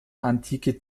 antike